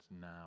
now